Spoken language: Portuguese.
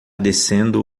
descendo